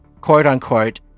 quote-unquote